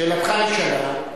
שאלתך נשאלה,